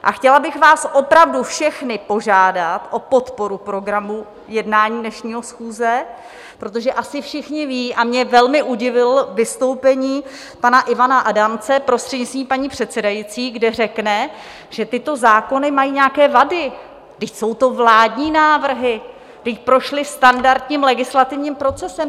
A chtěla bych vás opravdu všechny požádat o podporu programu jednání dnešní schůze, protože asi všichni vědí a mě velmi udivilo vystoupení pana Ivana Adamce, prostřednictvím paní předsedající, kde řekne, že tyto zákony mají nějaké vady vždyť to jsou vládní návrhy, vždyť prošly standardním legislativním procesem.